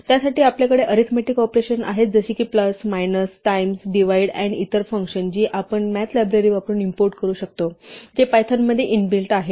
त्यासाठी आपल्याकडे arithmetic operations आहेत जसे किप्लस मायनस टाइम्स डिव्हाइड आणि इतर फंक्शन्स जी आपण मॅथ लायब्ररी वापरून इम्पोर्ट करू शकतो जे पायथॉनमध्ये इन बिल्ट आहेत